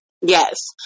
Yes